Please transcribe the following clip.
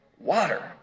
water